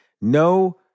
No